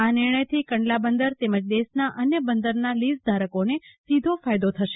આ નિર્ણયથી કંડલા બંદર તેમજ દેશના અન્ય બંદર લીઝ ધારકોને સીધો ફાયદો થશે